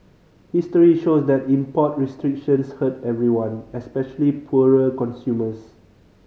history shows that import restrictions hurt everyone especially poorer consumers